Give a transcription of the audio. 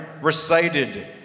recited